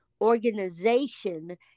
organization